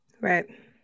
Right